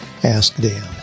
askdan